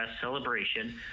celebration